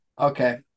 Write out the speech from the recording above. Okay